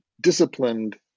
disciplined